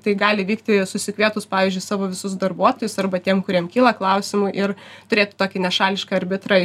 tai gali vykti susikvietus pavyzdžiui savo visus darbuotojus arba tiem kuriems kyla klausimų ir turėti tokį nešališką arbitrą